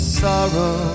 sorrow